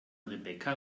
rebecca